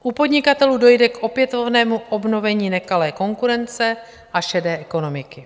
U podnikatelů dojde k opětovnému obnovení nekalé konkurence a šedé ekonomiky.